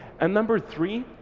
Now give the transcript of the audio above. and number three,